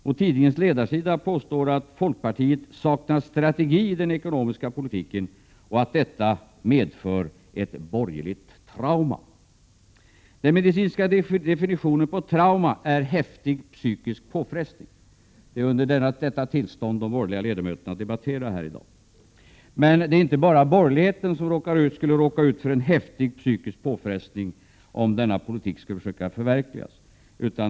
På tidningens ledarsida påstås samtidigt att folkpartiet ”saknar strategi i den ekonomiska politiken” och att detta medför ett ”borgerligt trauma”. Den medicinska definitionen på trauma är häftig psykisk påfrestning. Det är under detta tillstånd som de borgerliga ledamöterna debatterar här i dag. Men det är inte bara borgerligheten som skulle råka ut för en häftig psykisk påfrestning om denna politik skulle försöka förverkligas.